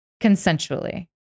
Consensually